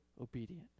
obedient